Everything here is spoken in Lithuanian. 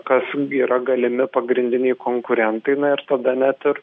kas yra galimi pagrindiniai konkurentai na ir tada net ir